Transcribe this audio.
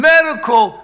Medical